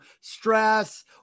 stress